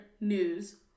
news